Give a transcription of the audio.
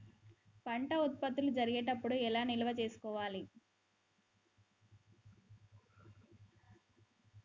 పంట ఉత్పత్తి జరిగేటప్పుడు ఎలా నిల్వ చేసుకోవాలి?